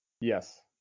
Yes